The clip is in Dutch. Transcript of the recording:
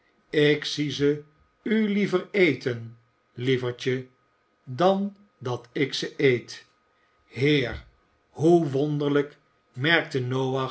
ik zie ze u liever eten lievertje dan dat ik ze eet heer hoe wonderlijk merkte noach